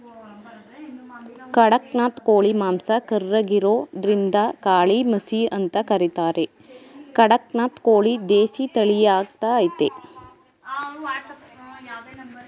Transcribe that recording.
ಖಡಕ್ನಾಥ್ ಕೋಳಿ ಮಾಂಸ ಕರ್ರಗಿರೋದ್ರಿಂದಕಾಳಿಮಸಿ ಅಂತ ಕರೀತಾರೆ ಕಡಕ್ನಾಥ್ ಕೋಳಿ ದೇಸಿ ತಳಿಯಾಗಯ್ತೆ